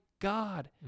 God